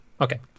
Okay